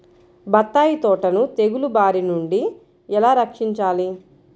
బత్తాయి తోటను తెగులు బారి నుండి ఎలా రక్షించాలి?